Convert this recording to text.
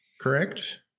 Correct